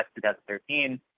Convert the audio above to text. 2013